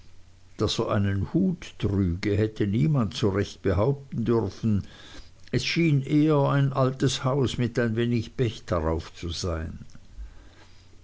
daß er einen hut trüge hätte niemand so recht behaupten dürfen es schien eher ein altes haus mit ein wenig pech darauf zu sein